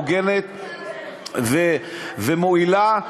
הוגנת ומועילה,